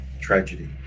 tragedy